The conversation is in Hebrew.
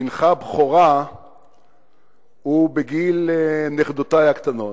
בנך בכורך הוא בגיל נכדותי הקטנות,